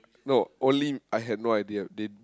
no only I had no idea they